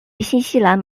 新西兰